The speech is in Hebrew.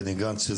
בני גנץ,